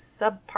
subpart